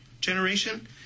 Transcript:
generation